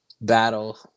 battle